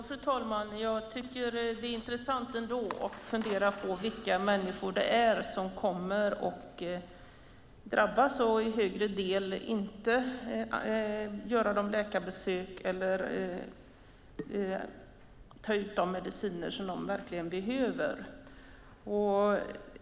Fru talman! Jag tycker det är intressant att fundera över vilka människor som i större utsträckning kommer att drabbas av att inte göra läkarbesök eller ta ut de mediciner som de behöver.